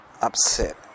upset